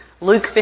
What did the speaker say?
Luke